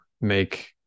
make